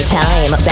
time